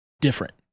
different